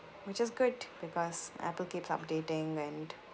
which is good because apple keeps updating and